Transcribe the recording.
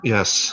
Yes